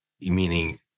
meaning